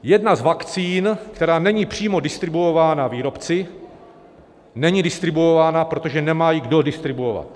Jedna z vakcín, která není přímo distribuována výrobci, není distribuována, protože nemá ji kdo distribuovat.